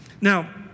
Now